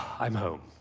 i'm home.